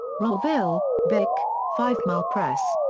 rowville, vic five mile press.